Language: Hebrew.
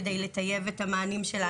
כדי לטייב את המענים שלנו.